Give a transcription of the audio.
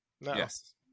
Yes